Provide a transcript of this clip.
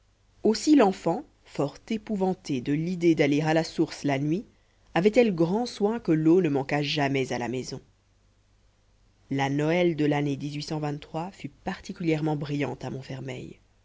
aussi l'enfant fort épouvantée de l'idée d'aller à la source la nuit avait-elle grand soin que l'eau ne manquât jamais à la maison la noël de l'année fut particulièrement brillante à montfermeil